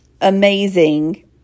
amazing